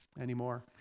anymore